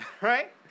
right